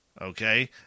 okay